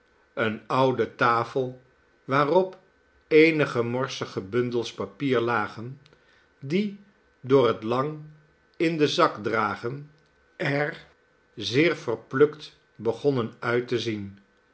eene oude tafel waarop eenige morsige bundels papieren lagen die door het lang in den zak dragen er zeer verplukt begonnen uit te zien